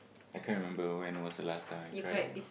I can't remember when was the last time I cried